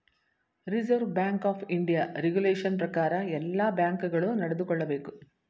reserve bank of India regulation ಪ್ರಕಾರ ಎಲ್ಲ bank ಗಳು ನಡೆದುಕೊಳ್ಳಬೇಕು